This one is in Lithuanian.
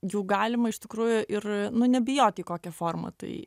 jau galima iš tikrųjų ir nebijoti į kokią formą tai